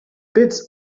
bits